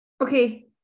okay